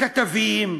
כתבים,